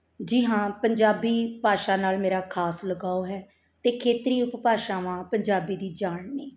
ਜੀ ਹਾਂ ਪੰਜਾਬੀ ਭਾਸ਼ਾ ਨਾਲ ਮੇਰਾ ਖਾਸ ਲਗਾਓ ਹੈ ਅਤੇ ਖੇਤਰੀ ਉਪਭਾਸ਼ਾਵਾਂ ਪੰਜਾਬੀ ਦੀ ਜਾਣਨੀ